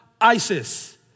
Isis